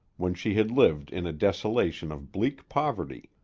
when she had lived in a desolation of bleak poverty,